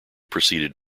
proceeded